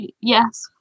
Yes